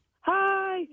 Hi